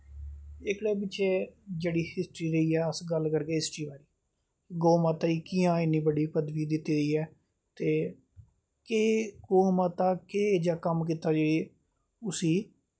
एह्दे पिच्छें जेह्की अस हिस्ट्री दी गल्ल करगे गौ माता ही कि'यां एड्डी बड्डी पदवी दित्ती दी ऐ केह् गौ माता केह् कम्म कीता जे उस्सी